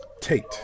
Tate